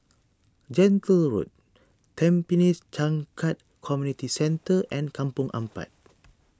Gentle Road Tampines Changkat Community Centre and Kampong Ampat